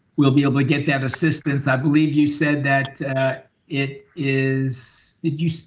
we'll be able to get that assistance. i believe you said that it is, did you,